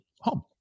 home